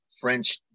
French